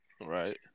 Right